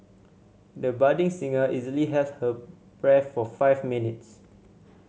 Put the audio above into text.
the budding singer easily held her breath for five minutes